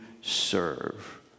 serve